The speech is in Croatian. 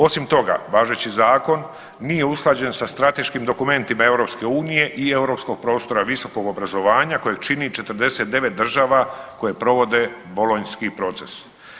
Osim toga, važeći Zakon nije usklađen sa strateškim dokumentima EU i europskog prostora visokog obrazovanje kojeg čini 49 država koje provodi Bolonjski proces.